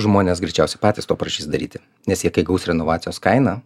žmonės greičiausiai patys to prašys daryti nes jie kai gaus renovacijos kainą